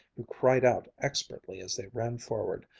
who cried out expertly as they ran forward,